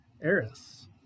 Eris